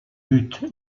but